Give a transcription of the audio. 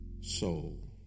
Soul